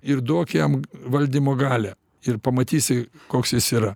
ir duok jam valdymo galią ir pamatysi koks jis yra